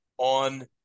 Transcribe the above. on